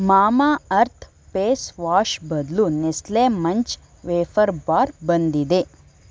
Mamaearth face wash ಬದಲು Nestle Munch wafer bar ಬಂದಿದೆ